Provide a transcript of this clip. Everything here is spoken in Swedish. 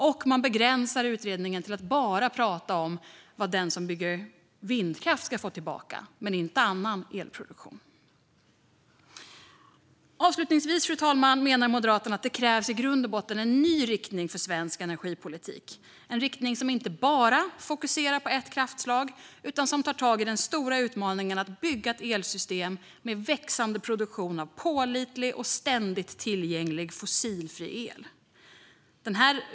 Utredningen begränsas till att bara prata om vad den som bygger vindkraft ska få tillbaka. Det nämns inget om annan elproduktion. Avslutningsvis, fru talman, menar Moderaterna att det i grund och botten krävs en ny riktning för svensk energipolitik - en riktning som inte bara fokuserar på ett kraftslag utan som tar tag i den stora utmaningen att bygga ett elsystem med växande produktion av pålitlig och ständigt tillgänglig fossilfri el.